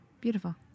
beautiful